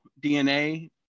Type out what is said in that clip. DNA